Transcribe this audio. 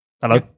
Hello